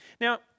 Now